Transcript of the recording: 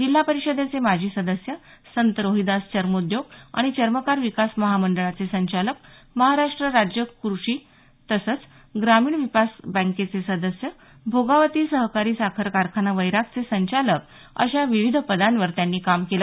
जिल्हा परिषदेचे माजी सदस्य संत रोहिदास चर्मोद्योग आणि चर्मकार विकास महामंडळाचे संचालक महाराष्ट राज्य कृषी तसंच ग्रामीण विकास बँकेचे सदस्य भोगावती सहकारी साखर कारखाना वैरागचे संचालक अशा विविध पदांवर त्यांनी काम केलं